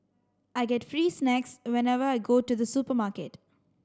I get free snacks whenever I go to the supermarket